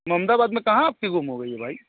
मोमड़ाबाद में कहाँ आपकी गुम हो गई है भाई